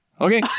okay